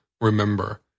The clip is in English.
Remember